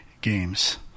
games